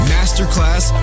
Masterclass